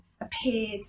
appeared